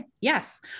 Yes